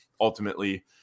ultimately